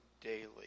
daily